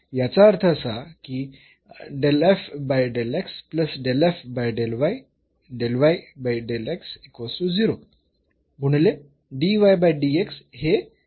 याचा अर्थ असा की गुणिले हे 0 असणे आवश्यक आहे